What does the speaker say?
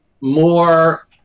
more